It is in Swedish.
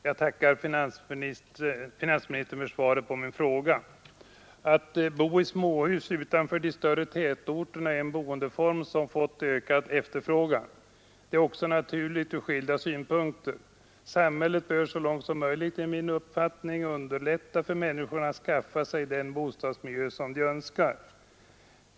Herr talman! Jag tackar finansministern för svaret på min fråga. Att bo i småhus utanför de större tätorterna är en boendeform som har fått ökad efterfrågan. Det är också naturligt från skilda synpunkter. Samhället bör enligt min uppfattning så långt som möjligt underlätta för människorna att skaffa sig den bostadsmiljö som de önskar.